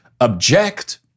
object